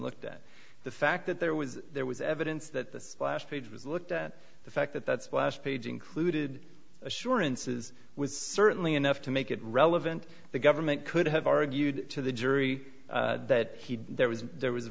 looked at the fact that there was there was evidence that the splash page was looked at the fact that that's why last page included assurances was certainly enough to make it relevant the government could have argued to the jury that there was there was